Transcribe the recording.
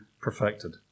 perfected